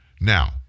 Now